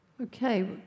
Okay